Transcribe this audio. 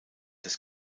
des